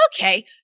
okay